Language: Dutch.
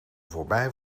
voorbij